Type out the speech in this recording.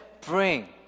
bring